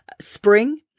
spring